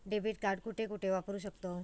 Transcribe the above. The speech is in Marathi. डेबिट कार्ड कुठे कुठे वापरू शकतव?